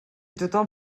tothom